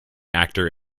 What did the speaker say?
actor